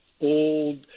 old